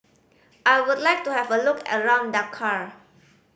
I would like to have a look around Dakar